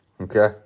okay